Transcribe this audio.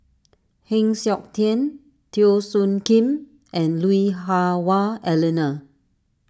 Heng Siok Tian Teo Soon Kim and Lui Hah Wah Elena